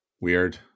weird